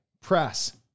Press